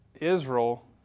Israel